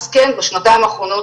אז כן בשנתיים האחרונות,